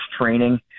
training